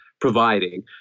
providing